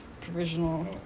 provisional